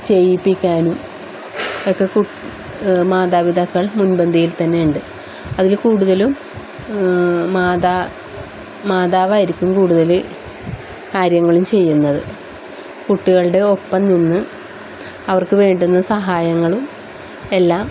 ചെയ്യിപ്പിക്കാനും ഒക്കെ കു മാതാപിതാക്കൾ മുൻപന്തിയിൽ തന്നെ ഉണ്ട് അതില് കൂടുതലും മാതാ മാതാവായിരിക്കും കൂടുതല് കാര്യങ്ങളും ചെയ്യുന്നത് കുട്ടികള് ഒപ്പം നിന്ന് അവർക്ക് വേണ്ടുന്ന സഹായങ്ങളും എല്ലാം